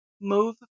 Move